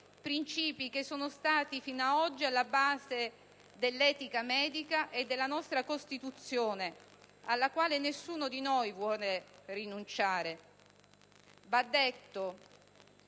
(princìpi che sono stati fino ad oggi alla base dell'etica medica e della nostra Costituzione, alla quale nessuno di noi vuole rinunciare), va detto